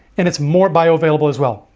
and it's more bioavailable as well.